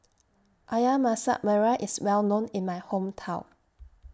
Ayam Masak Merah IS Well known in My Hometown